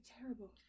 terrible